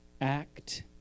act